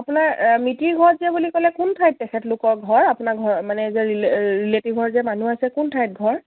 আপোনাৰ মিতিৰৰ ঘৰত যে বুলি ক'লে কোন ঠাইত তেখেতলোকৰ ঘৰ আপোনাৰ ঘৰ মানে যে ৰিলেটিভঘৰ যে মানুহ আছে কোন ঠাইত ঘৰ